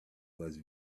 was